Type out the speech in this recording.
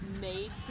made